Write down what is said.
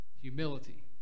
Humility